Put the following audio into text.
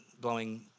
blowing